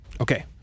Okay